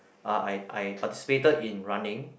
uh I I participated in running